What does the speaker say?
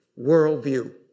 worldview